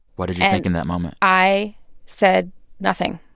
what and like and that moment? i said nothing.